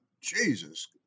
Jesus